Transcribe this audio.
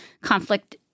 conflict